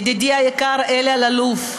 ידידי היקר אלי אלאלוף,